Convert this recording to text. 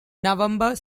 november